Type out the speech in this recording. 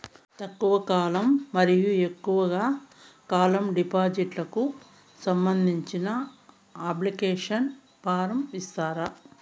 తక్కువ కాలం మరియు ఎక్కువగా కాలం డిపాజిట్లు కు సంబంధించిన అప్లికేషన్ ఫార్మ్ ఇస్తారా?